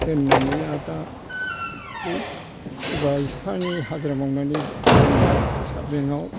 दोननानै आरो दा है सोरबा एफा एनै हाजिरा मावनानै दोनबाय फैसा बेंक आव